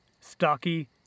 stocky